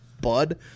bud